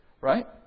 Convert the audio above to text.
right